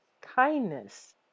kindness